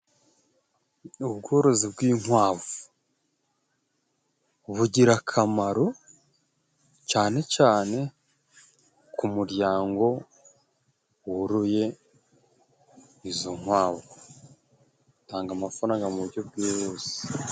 Ubworozi bw'inkwavu, bugira akamaro cane cane ku muryango woroye izo nkwavu. Butanga amafaranga mu buryo bwihuse.